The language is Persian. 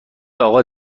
اقا